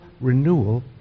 renewal